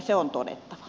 se on todettava